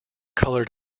colored